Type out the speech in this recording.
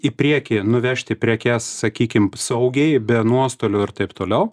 į priekį nuvežti prekes sakykim saugiai be nuostolių ir taip toliau